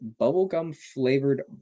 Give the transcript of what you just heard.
bubblegum-flavored